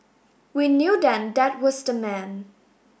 we knew then that was the man